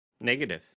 Negative